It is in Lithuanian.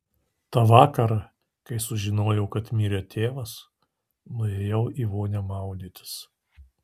tą vakarą kai sužinojau kad mirė tėvas nuėjau į vonią maudytis